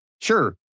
Sure